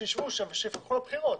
שישבו שם ויפקחו על הבחירות.